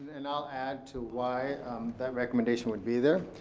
and i'll add to why that recommendation would be there.